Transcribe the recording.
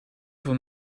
voor